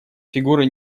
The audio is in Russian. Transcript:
фигуры